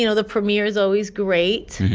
you know the premier is always great.